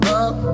up